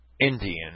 Indian